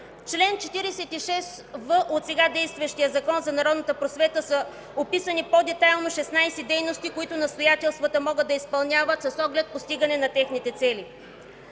чл. 46в от сега действащия Закон за народната просвета са описани по-детайлно 16 дейности, които настоятелствата могат да изпълняват с оглед постигането на техните цели.